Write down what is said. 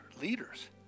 leaders